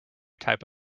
type